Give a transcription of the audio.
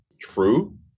true